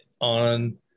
on